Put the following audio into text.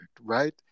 right